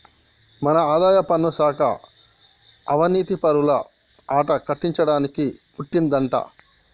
మన ఆదాయపన్ను శాఖ అవనీతిపరుల ఆట కట్టించడానికి పుట్టిందంటా